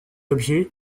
objets